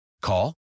Call